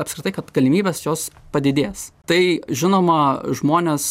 apskritai kad galimybės jos padidės tai žinoma žmonės